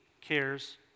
cares